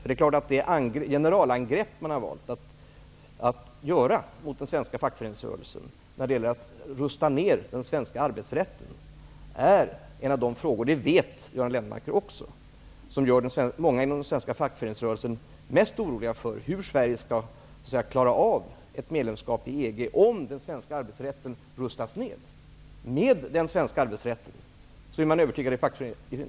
En av de frågor som gör många inom den svenska fackföreningsrörelsen mest oroliga är det generalangrepp som man valt att göra mot den svenska fackföreningsrörelsen. Det gäller hur Sverige skall klara av ett EG-medlemskap, om den svenska arbetsrätten rustas ned. Det vet Göran Lennmarker också.